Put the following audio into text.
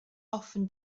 often